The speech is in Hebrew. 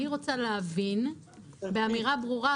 אני רוצה להבין באמירה ברורה,